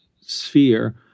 sphere